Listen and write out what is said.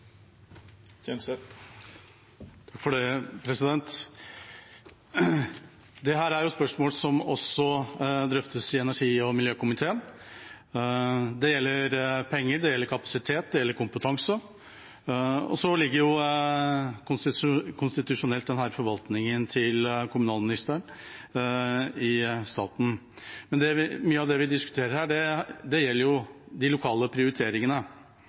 er jo spørsmål som også drøftes i energi- og miljøkomiteen. Det gjelder penger, det gjelder kapasitet, det gjelder kompetanse. Konstitusjonelt ligger denne forvaltningen i staten til kommunalministeren. Mye av det vi diskuterer her, gjelder de lokale prioriteringene. Vi bruker mange penger i staten for å øke kunnskapen om naturmangfold. Økologisk grunnkart har vært nevnt. Det